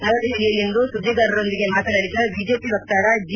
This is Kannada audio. ನವದೆಹಲಿಯಲ್ಲಿಂದು ಸುದ್ದಿಗಾರರೊಂದಿಗೆ ಮಾತನಾಡಿದ ಬಿಜೆಪಿ ವಕ್ತಾರ ಜಿ